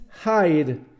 hide